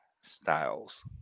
Styles